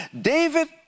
David